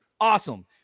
Awesome